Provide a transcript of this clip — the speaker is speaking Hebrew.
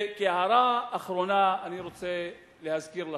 וכהערה אחרונה, אני רוצה להזכיר לכם.